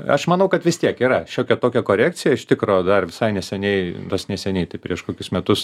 aš manau kad vis tiek yra šiokia tokia korekcija iš tikro dar visai neseniai tas neseniai tai prieš kokius metus